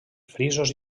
frisos